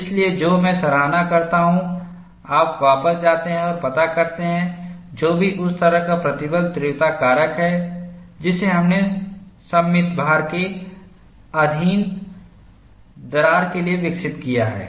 इसलिए जो मैं सराहना करता हूं आप वापस जाते हैं और पता करते हैं जो भी उस तरह का प्रतिबल तीव्रता कारक है जिसे हमने सममित भारके अधीन दरार के लिए विकसित किया है